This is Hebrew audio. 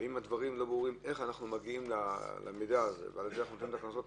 אם לא ברור איך אנחנו מגיעים למידע הזה ואיך אנחנו נותנים את הקנסות.